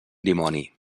dimoni